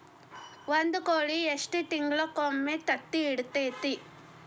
ಒಂದ್ ಕೋಳಿ ಎಷ್ಟ ತಿಂಗಳಿಗೊಮ್ಮೆ ತತ್ತಿ ಇಡತೈತಿ?